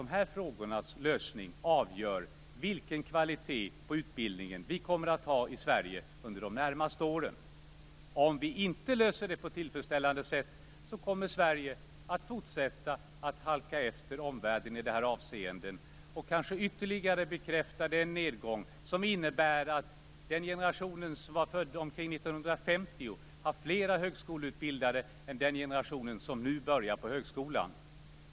Dessa frågors lösning avgör nämligen vilken kvalitet på utbildningen som vi kommer att ha i Sverige under de närmaste åren. Om vi inte löser dessa frågor på ett tillfredsställande sätt kommer Sverige att fortsätta att halka efter omvärlden i detta avseende och kanske ytterligare bekräfta den nedgång som innebär att den generation som föddes omkring 1950 har flera högskoleutbildade än den generation som nu börjar på högskolan.